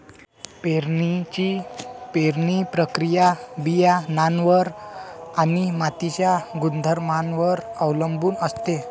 पेरणीची पेरणी प्रक्रिया बियाणांवर आणि मातीच्या गुणधर्मांवर अवलंबून असते